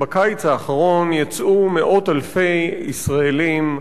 בקיץ האחרון יצאו מאות אלפי ישראלים,